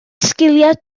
sgiliau